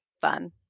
fun